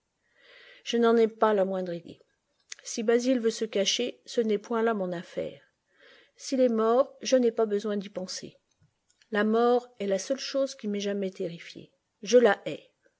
je n'en ai pas la moindre idée si basil veut se cacher ce n'est point là mon affaire s'il est mort je n'ai pas besoin d'y penser la mort est la seule chose qui m'ait jamais terrifié je la hais